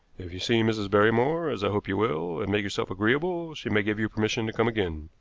if you see mrs. barrymore, as i hope you will, and make yourself agreeable, she may give you permission to come again.